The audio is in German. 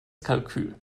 kalkül